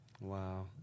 Wow